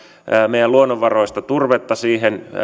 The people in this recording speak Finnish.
meidän luonnonvaroistamme turvetta siihen